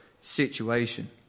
situation